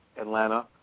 Atlanta